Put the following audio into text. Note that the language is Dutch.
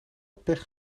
pech